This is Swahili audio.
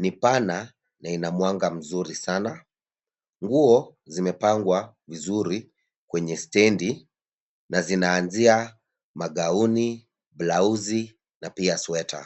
ni pana na ina mwanga mzuri sana. Nguo zimepangwa vizuri kwenye stendi na zinaanzia magauni, blauzi na pia sweta.